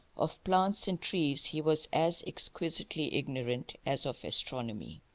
of plants and trees he was as exquisitely ignorant as of astronomy.